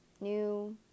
New